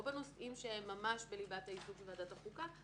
לא בנושאים שהם ממש בליבת העיסוק של ועדת החוקה,